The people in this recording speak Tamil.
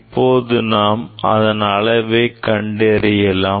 இப்போது நாம் அதன் அளவை கண்டறியலாம்